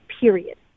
period